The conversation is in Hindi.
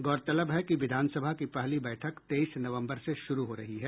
गौरतलब है कि विधानसभा की पहली बैठक तेईस नवम्बर से शुरू हो रही है